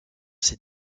ces